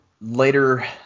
later